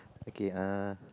okay uh